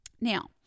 Now